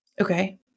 Okay